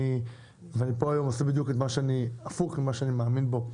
אני פה היום בדיוק הפוך ממה שאני מאמין בו.